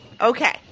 Okay